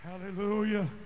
Hallelujah